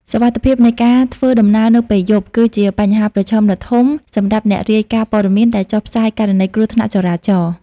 សុវត្ថិភាពនៃការធ្វើដំណើរនៅពេលយប់ គឺជាបញ្ហាប្រឈមដ៏ធំសម្រាប់អ្នករាយការណ៍ព័ត៌មានដែលចុះផ្សាយករណីគ្រោះថ្នាក់ចរាចរណ៍។